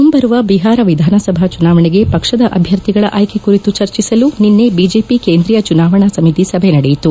ಮುಂಬರುವ ಬಿಹಾರ ವಿಧಾನಸಭಾ ಚುನಾವಣೆಗೆ ಪಕ್ಷದ ಅಭ್ಯರ್ಥಿಗಳ ಆಯ್ಲೆ ಕುರಿತು ಚರ್ಚಿಸಲು ನಿನ್ನೆ ಬಿಜೆಪಿ ಕೇಂದ್ರಿಯ ಚುನಾವಣಾ ಸಮಿತಿ ಸಭೆ ನಡೆಯಿತು